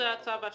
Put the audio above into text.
זה הצו השני.